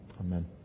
Amen